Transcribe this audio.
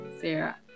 sarah